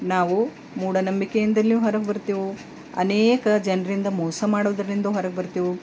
ನಾವು ಮೂಢನಂಬಿಕೆಯಿಂದಲೂ ಹೊರಗೆ ಬರ್ತೆವು ಅನೇಕ ಜನರಿಂದ ಮೋಸ ಮಾಡುದರಿಂದೂ ಹೊರಗೆ ಬರ್ತೆವು